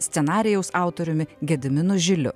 scenarijaus autoriumi gediminu žiliu